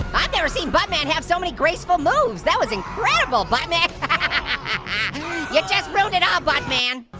i've never seen buttman have so many graceful moves, that was incredible buttman. you just rode it out buttman.